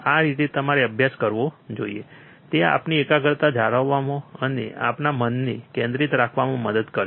આ રીતે તમારે અભ્યાસ કરવો જોઈએ તે આપણી એકાગ્રતા જાળવવામાં અને આપણા મનને કેન્દ્રિત રાખવામાં મદદ કરશે